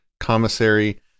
commissary